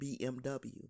BMW